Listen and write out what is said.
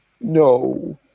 no